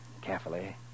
carefully